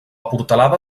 portalada